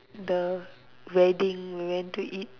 the wedding we went to eat